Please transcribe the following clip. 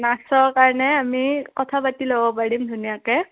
নাচৰ কাৰণে আমি কথা পাতি ল'ব পাৰিম ধুনীয়াকে